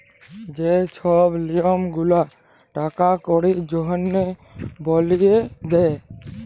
যে ছব লিয়ম গুলা টাকা কড়ির জনহে বালিয়ে দে